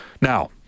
Now